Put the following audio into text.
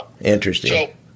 Interesting